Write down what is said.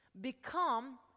Become